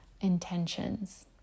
intentions